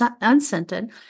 unscented